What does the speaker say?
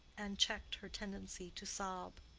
and checked her tendency to sob.